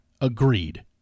agreed